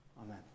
Amen